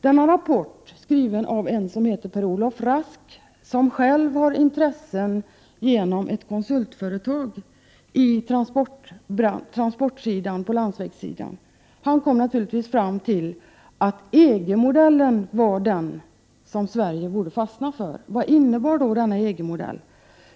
Denna rapport är skriven av Per Olof Rask, som genom ett konsultföretag själv har intressen på landsvägsområdet, och han kom naturligtvis fram till att Sverige borde gå in för EG-modellen. Vad innebär då denna EG-modell?